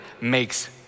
makes